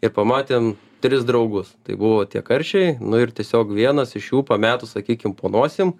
ir pamatėm tris draugus tai buvo tie karšiai nu ir tiesiog vienas iš jų pametus sakykim po nosim